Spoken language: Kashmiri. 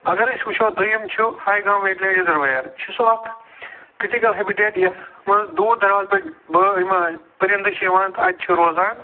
اَگر أسۍ وُچھُو دوٚیِم چھُ Haigam wetland reservoir یہِ چھُ سُہ اَکھ کِرٛٹِکٕل ہیبٹیٹ یَتھ منٛز دوٗر دراز پٮ۪ٹھ بٲ یِمہٕ پرِنٛدٕ چھِ یِوان تہٕ اَتہِ چھِ روزان